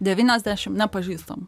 devyniasdešim nepažįstam